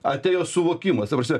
atėjo suvokimas ta prasme